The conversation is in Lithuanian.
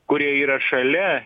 kurie yra šalia